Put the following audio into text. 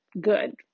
good